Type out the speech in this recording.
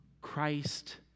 Christ